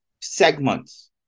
segments